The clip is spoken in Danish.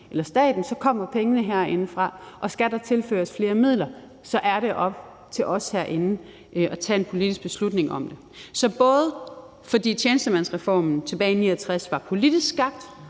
lønforhandlinger, så kommer pengene herindefra, og skal der tilføres flere midler, er det op til os herinde at tage en politisk beslutning om det. Så både fordi tjenestemandsreformen tilbage i 1969 var politisk skabt